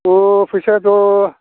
फैसायाथ'